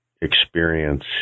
experience